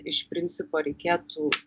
iš principo reikėtų